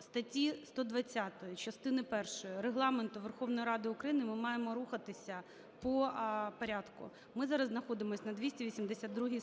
статті 120 частини першої Регламенту Верховної Ради України ми маємо рухатися по порядку. Ми зараз знаходимось на 282